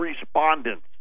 respondents